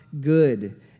good